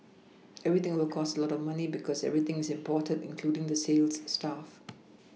everything will cost a lot of money because everything is imported including the sales staff